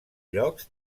llocs